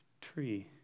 tree